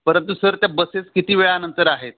परंतु सर त्या बसेस किती वेळानंतर आहेत